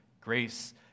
grace